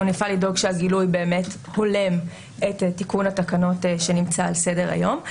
נפעל לדאוג שהגילוי באמת הולם את תיקון התקנות שנמצא על סדר היום.